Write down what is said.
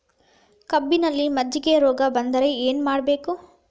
ಕಬ್ಬಿನಲ್ಲಿ ಮಜ್ಜಿಗೆ ರೋಗ ಬಂದರೆ ಏನು ಮಾಡಬೇಕು?